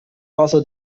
wasser